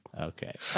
Okay